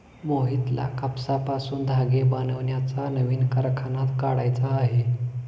मोहितला कापसापासून धागे बनवण्याचा नवीन कारखाना काढायचा आहे